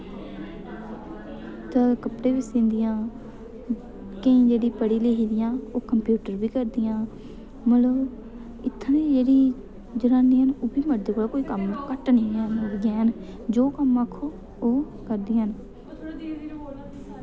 जैदा कपड़े बी सिन्दियां केईं जेह्ड़ी पढ़ी लिखी दियां ओह् कंप्यूटर बी करदियां मतलब इत्थूं दी जेह्ड़ी जनानियां न ओह् बी मर्द कोला कोई कम घट नेईं हैन जो कम्म आखो ओह् करदियां न